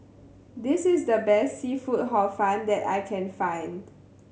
this is the best seafood Hor Fun that I can find